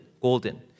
golden